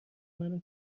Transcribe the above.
منو